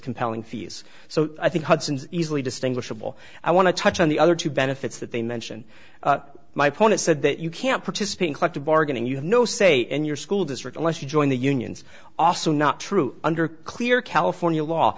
compelling fees so i think hudsons easily distinguishable i want to touch on the other two benefits that they mention my opponent said that you can't participate in collective bargaining you have no say in your school district unless you join the unions also not true under clear california law